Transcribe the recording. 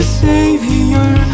savior